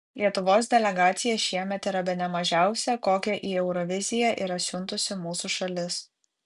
lietuvos delegacija šiemet yra bene mažiausia kokią į euroviziją yra siuntusi mūsų šalis